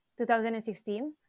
2016